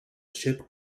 ship